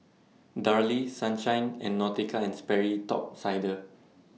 Darlie Sunshine and Nautica and Sperry Top Sider